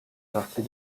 partie